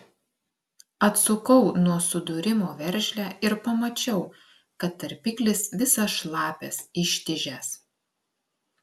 atsukau nuo sudūrimo veržlę ir pamačiau kad tarpiklis visas šlapias ištižęs